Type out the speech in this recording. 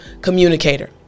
communicator